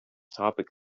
topic